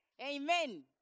Amen